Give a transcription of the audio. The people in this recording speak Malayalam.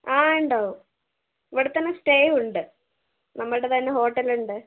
ആഹ് ഉണ്ടാവും ഇവിടെ തന്നെ സ്റ്റേയും ഉണ്ട് നമ്മളുടെ തന്നെ ഹോട്ടൽ ഉണ്ട്